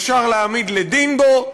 אפשר להעמיד לדין בו,